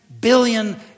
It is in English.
billion